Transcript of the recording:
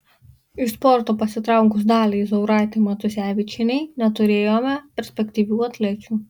iš sporto pasitraukus daliai zauraitei matusevičienei neturėjome perspektyvių atlečių